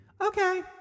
Okay